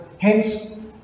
Hence